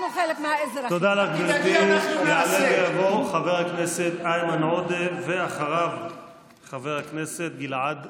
אנחנו נעשה את, ואנחנו חלק מהאזרחים.